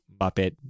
Muppet